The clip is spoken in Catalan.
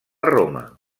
roma